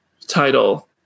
title